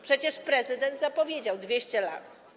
Przecież prezydent zapowiedział - 200 lat.